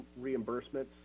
reimbursements